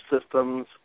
systems